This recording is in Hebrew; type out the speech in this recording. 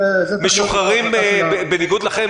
בניגוד לכם,